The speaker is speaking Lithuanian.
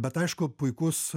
bet aišku puikus